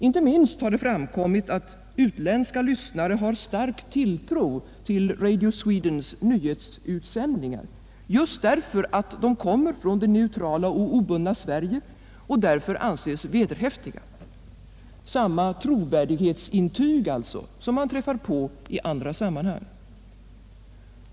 Inte minst har det framkommit att utländska lyssnare har stark tilltro till Radio Swedens nyhetsutsändningar, just därför att de kommer från det neutrala och obundna Sverige och därför anses vederhäftiga — samma trovärdighetsintyg alltså som man träffar på i andra sammanhang.